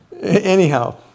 Anyhow